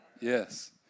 Yes